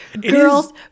girls